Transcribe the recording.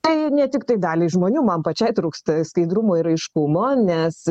tai ne tiktai daliai žmonių man pačiai trūksta skaidrumo ir aiškumo nes